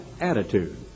attitude